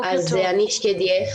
אני שקדי הכט,